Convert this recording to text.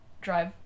drive